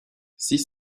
six